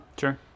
Sure